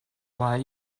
while